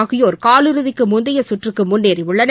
ஆகியோர் காலிறுதிக்கு முந்தைய சுற்றுக்கு முன்னேறியுள்ளனர்